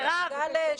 מרב,